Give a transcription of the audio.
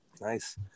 Nice